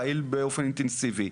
פעיל באופן אינטנסיבי.